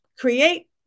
Create